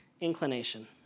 inclination